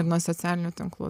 ir nuo socialinių tinklų